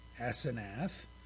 Asenath